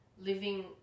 living